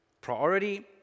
Priority